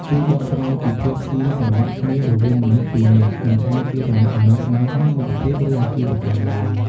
ជួយបកស្រាយពីភាពស៊ីសង្វាក់គ្នារវាងមនុស្សពីរនាក់ មិនថាជាទំនាក់ទំនងស្នេហា មិត្តភាព ឬអាជីវកម្មឡើយ។